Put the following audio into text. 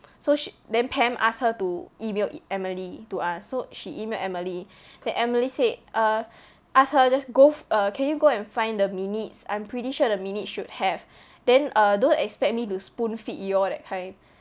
so she then pam ask her to email emily to ask so she emailed emily then emily said uh ask her just go f~ err can you go and find the minutes I'm pretty sure the minutes should have then err don't expect me to spoon feed you all that kind